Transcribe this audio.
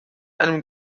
einem